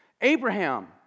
Abraham